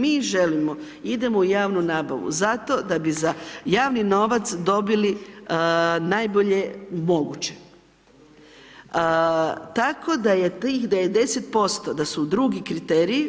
Mi želimo i idemo u javnu nabavu zato da bi za javni novac dobili najbolje moguće, tako da je tih, da je 10%, da su drugi kriteriji,